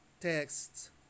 texts